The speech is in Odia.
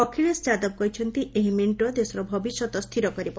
ଅଖିଳେଶ ଯାଦବ କହିଛନ୍ତି ଏହି ମେଣ୍ଟ ଦେଶର ଭବିଷ୍ୟତ ସ୍ଥିର କରିବ